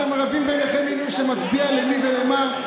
אתם רבים ביניכם מי מצביע למי ולמה.